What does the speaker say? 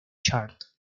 chart